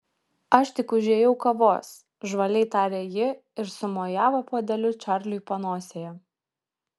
aš tik užėjau kavos žvaliai tarė ji ir sumojavo puodeliu čarliui panosėje